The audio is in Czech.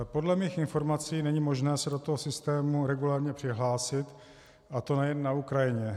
Podle mých informací není možné se do toho systému regulérně přihlásit, a to nejen na Ukrajině.